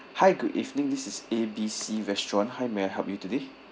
hi good evening this is A B C restaurant how may I help you today